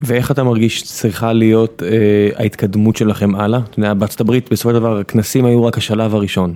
ואיך אתה מרגיש שצריכה להיות ההתקדמות שלכם הלאה? אתה יודע בארצות הברית בסופו הדבר הכנסים היו רק השלב הראשון.